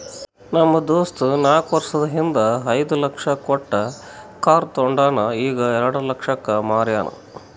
ನಮ್ ದೋಸ್ತ ನಾಕ್ ವರ್ಷದ ಹಿಂದ್ ಐಯ್ದ ಲಕ್ಷ ಕೊಟ್ಟಿ ಕಾರ್ ತೊಂಡಾನ ಈಗ ಎರೆಡ ಲಕ್ಷಕ್ ಮಾರ್ಯಾನ್